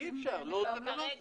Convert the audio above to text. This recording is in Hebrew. אי אפשר, לא זה ולא זה.